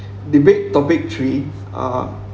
debate topic three uh